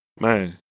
Man